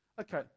Okay